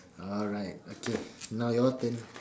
alright okay now your turn